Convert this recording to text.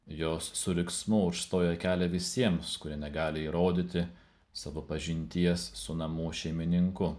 jos su riksmu užstoja kelią visiems kurie negali įrodyti savo pažinties su namų šeimininku